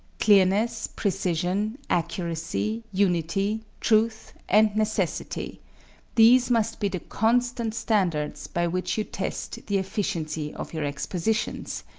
clearness, precision, accuracy, unity, truth, and necessity these must be the constant standards by which you test the efficiency of your expositions,